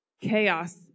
chaos